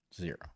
Zero